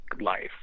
life